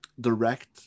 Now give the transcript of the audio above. direct